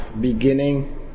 beginning